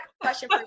question